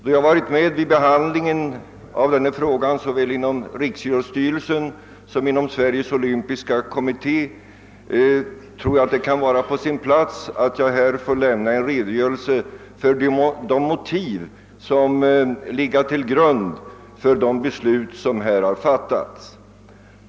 Då jag varit med vid behandlingen av denna fråga såväl inom riksidrottsstyrelsen som inom Sveriges olympiska kommitté tror jag det kan vara på sin plats att jag här lämnar en redogörelse för de motiv som legat till grund för det beslut som fattats.